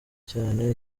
cyane